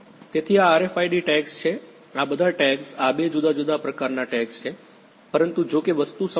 તેથી આ RFID tags છે આ બધા ટેગ્સ આ બે જુદા જુદા પ્રકારનાં ટેગ્સ છે પરંતુ જો કે વસ્તુ સમાન છે